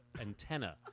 antenna